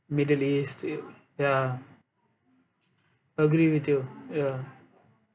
middle east ya agree with you ya